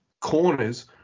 corners